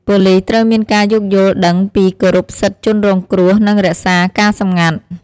ប៉ូលិសត្រូវមានការយោគយល់ដឹង ពីគោរពសិទ្ធិជនរងគ្រោះ និងរក្សាការសម្ងាត់ ។